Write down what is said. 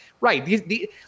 right